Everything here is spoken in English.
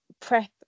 prep